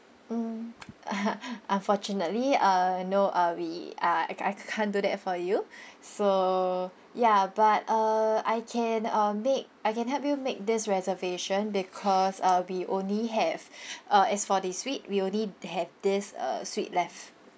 mm unfortunately uh no uh we uh I ca~ I can't do that for you so ya but uh I can um make I can help you make this reservation because uh we only have uh as for this week we only have this uh suite left